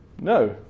No